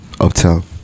Uptown